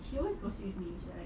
you always gossip